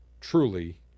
truly